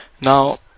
now